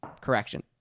correction